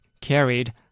carried